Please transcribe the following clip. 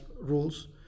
rules